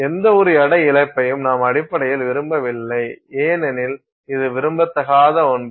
எந்தவொரு எடை இழப்பையும் நாம் அடிப்படையில் விரும்பவில்லை ஏனெனில் இது விரும்பத்தகாத ஒன்று